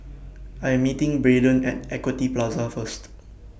I Am meeting Brayden At Equity Plaza First